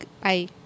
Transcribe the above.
Bye